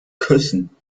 küssen